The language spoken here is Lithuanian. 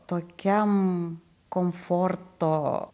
tokiam komforto